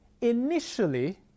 initially